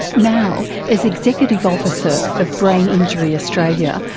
now, as executive officer of brain injury australia,